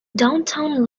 downtown